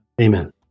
Amen